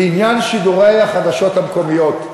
לעניין שידורי החדשות המקומיות.